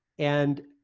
and